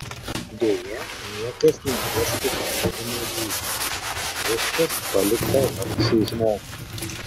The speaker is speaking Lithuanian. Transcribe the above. deja niekas neieško sprendimo būdų viskas palikta vargšui žmogui